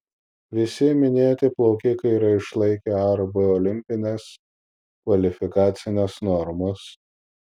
visi minėti plaukikai yra išlaikę a ar b olimpines kvalifikacines normas